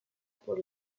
por